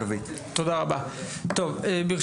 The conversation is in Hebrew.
ברשותכם, אנחנו ננעל את הדיון.